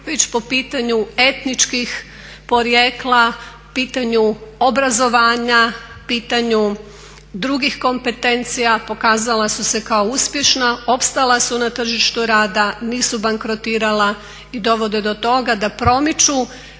već po pitanju etničkog porijekla, pitanju obrazovanja, pitanju drugih kompetencija pokazala su se kao uspješna, opstala su na tržištu rada, nisu bankrotirala i dovode do toga da promiču